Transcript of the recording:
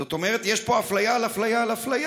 זאת אומרת, שיש פה אפליה על אפליה על אפליה.